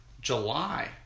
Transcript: July